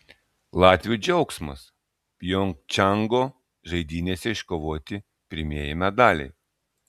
latvių džiaugsmas pjongčango žaidynėse iškovoti pirmieji medaliai